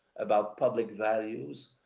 about public values,